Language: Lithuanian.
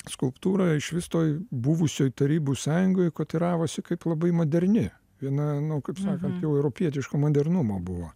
skulptūra išvis toje buvusioj tarybų sąjungoj kotiravosi kaip labai moderni viena nu kaip sakant europietiško modernumo buvo